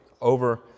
over